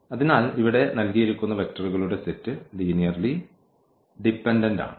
അതിനാൽ ഇവിടെ നൽകിയിരിക്കുന്ന വെക്റ്ററുകളുടെ സെറ്റ് ലീനിയർലി ഡിപെൻഡന്റ് ആണ്